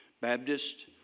Baptist